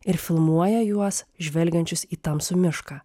ir filmuoja juos žvelgiančius į tamsų mišką